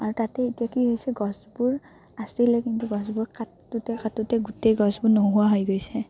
আৰু তাতে এতিয়া কি হৈছে গছবোৰ আছিলে কিন্তু গছবোৰ কটোতে কাটোতে গোটেই গছবোৰ নোহোৱা হৈ গৈছে